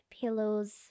pillows